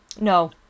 No